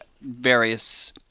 various